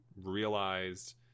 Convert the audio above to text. realized